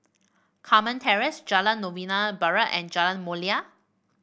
Carmen Terrace Jalan Novena Barat and Jalan Mulia